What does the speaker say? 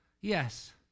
Yes